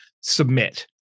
Submit